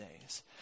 days